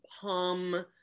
hum